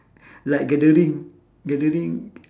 like gathering gathering